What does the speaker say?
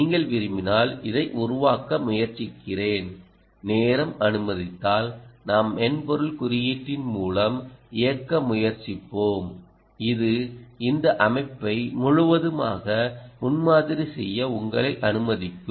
நீங்கள் விரும்பினால் இதை உருவாக்க முயற்சிக்கிறேன் நேரம் அனுமதித்தால் நாம் மென்பொருள் குறியீட்டின் மூலம் இயக்க முயற்சிப்போம் இது இந்த அமைப்பை முழுவதுமாக முன்மாதிரி செய்ய உங்களை அனுமதிக்கும்